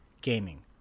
gaming